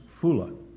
Fula